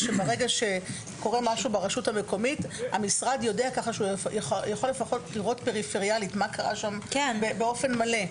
ברגע שקורה משהו ברשות המקומית המשרד יכול לראות מה קרה שם באופן מלא.